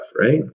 right